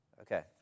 Okay